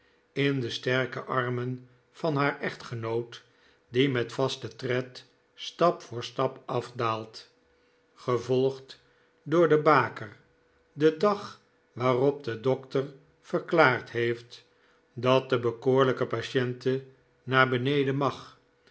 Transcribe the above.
in de sterke armen van haar echtgenoot die met vasten tred stap voor stap afdaalt gevolgd door de baker den dag waarop de dokter verklaard heeft dat de bekoorlijke patiente naar beneden mag